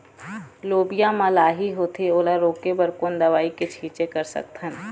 लोबिया मा लाही होथे ओला रोके बर कोन दवई के छीचें कर सकथन?